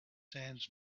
sands